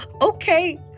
okay